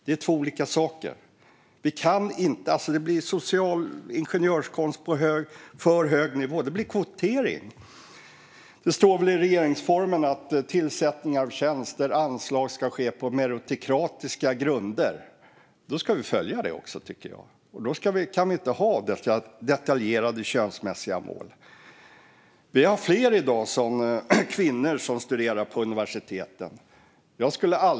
Det är två olika saker. Det blir ingenjörskonst på för hög nivå. Det blir kvotering. Det står väl i regeringsformen att tilldelning av tjänster och anslag ska ske på meritokratiska grunder. Då ska vi följa det och inte ha detaljerade könsmässiga mål. Det är fler kvinnor än män som studerar på universiteten i dag.